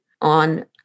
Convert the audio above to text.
on